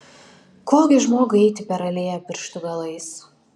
ko gi žmogui eiti per alėją pirštų galais